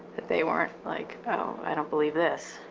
that they weren't like oh, i don't believe this.